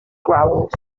growls